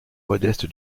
modeste